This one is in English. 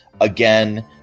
again